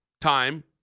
time